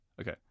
okay